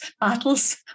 battles